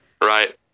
right